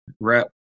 rep